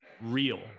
real